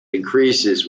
increases